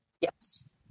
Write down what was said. Yes